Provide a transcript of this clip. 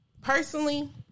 Personally